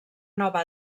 nova